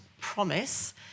promise